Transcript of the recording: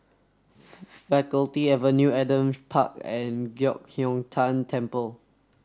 Faculty Faculty Avenue Adam Park and Giok Hong Tian Temple